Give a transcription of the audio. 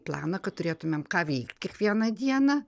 planą kad turėtumėm ką veikt kiekvieną dieną